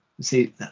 See